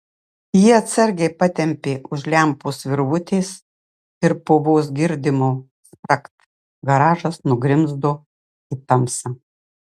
ji atsargiai patempė už lempos virvutės ir po vos girdimo spragt garažas nugrimzdo į tamsą